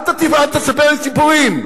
אל תספר לי סיפורים.